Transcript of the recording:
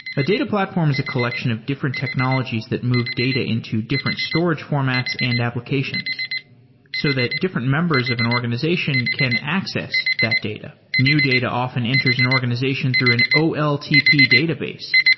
a data platform is a collection of different technologies that move data into different storage formats and applications so that different members of an organization can access that data. new data often enters an organization through an oltp database.